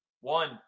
One